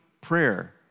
prayer